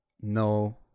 no